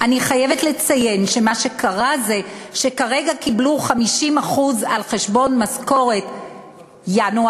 אני חייבת לציין שמה שקרה זה שכרגע קיבלו 50% על חשבון משכורת ינואר,